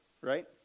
right